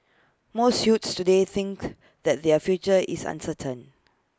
most youths today think that their future is uncertain